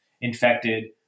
infected